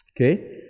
okay